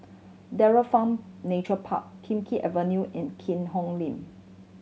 Dairy Farm Nature Park Kim Keat Avenue and Keat Hong Link